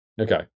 okay